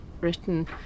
written